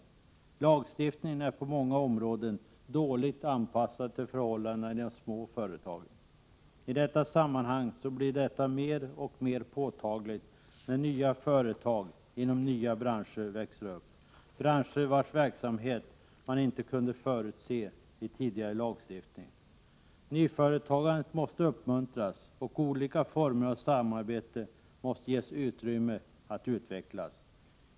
Lagstiftningen är på många områden dåligt anpassad till förhållandena i de små företagen. I detta sammanhang blir det mer och mer påtagligt när nya företag inom nya branscher växer upp, branscher vars verksamhet man inte kunde förutse i tidigare lagstiftning. Nyföretagandet måste uppmuntras, och olika former av samarbete måste ges utrymme att utvecklas.